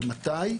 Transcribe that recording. אבל מתי?